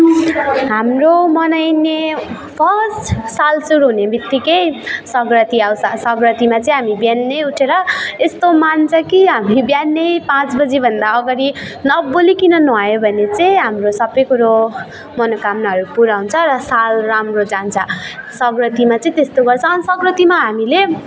हाम्रो मनाइने फर्स्ट साल सुरु हुनुबित्तिकै सक्रान्ति आउँछ सक्रान्तिमा चाहिँ हामी बिहानै उठेर यस्तो मान्छ कि हामी बिहानै पाँच बजेभन्दा अगाडि नबोलिकन नुहायो भने चाहिँ हाम्रो सबैकुरो मनोकामनाहरू पुरा हुन्छ र साल राम्रो जान्छ सक्रान्तिमा चाहिँ त्यस्तो गर्छ अनि सक्रान्तिमा हामीले